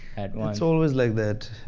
it's always like that.